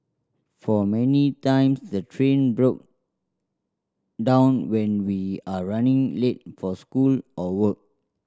for many times the train broke down when we are running late for school or work